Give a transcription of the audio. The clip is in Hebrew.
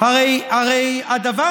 הרי הדבר